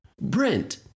Brent